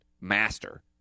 master